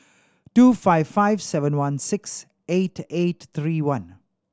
two five five seven one six eight eight three one